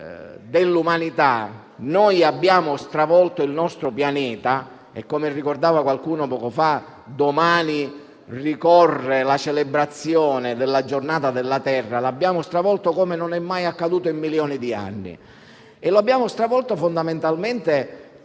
dell'umanità abbiamo stravolto il nostro pianeta e, come ricordava qualcuno poco fa, domani ricorre la celebrazione della giornata della terra. Lo abbiamo stravolto come non è mai accaduto in milioni di anni e lo abbiamo fatto fondamentalmente